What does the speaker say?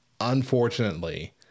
Unfortunately